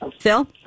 Phil